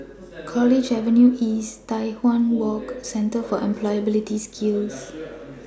College Avenue East Tai Hwan Walk and Centre For Employability Skills